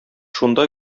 шунда